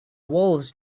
wolves